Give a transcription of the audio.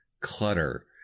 clutter